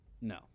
No